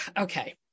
okay